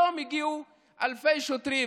היום הגיעו אלפי שוטרים